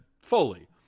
fully